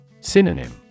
Synonym